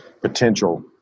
potential